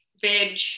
veg